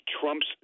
Trump's